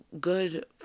good